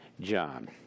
John